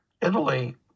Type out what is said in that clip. Italy